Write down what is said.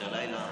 הלילה.